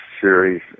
series